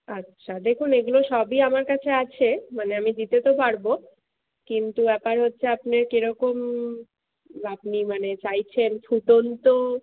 আচ্ছা দেখুন এগুলো সবই আমার কাছে আছে মানে আমি দিতে তো পারবো কিন্তু ব্যাপার হচ্ছে আপনি কিরকম আপনি মানে চাইছেন ফুটন্ত